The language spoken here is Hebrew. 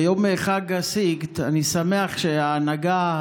ביום חג הסיגד אני שמח שההנהגה,